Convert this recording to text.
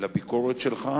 לביקורת שלך,